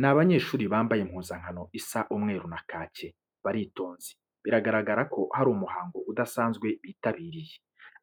Ni abanyeshuri bambaye impuzankano isa umweru na kake, baritonze bigaragara ko hari umuhango udasanzwe bitabiriye.